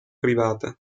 privata